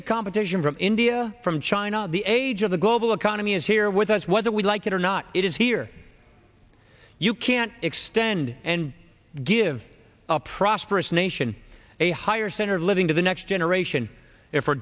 have competition from india from china the age of the global economy is here with us whether we like it or not it is here you can't extend and give a prosperous nation a higher standard of living to the next generation